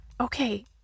Okay